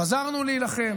חזרנו להילחם,